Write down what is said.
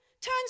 Turns